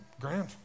grand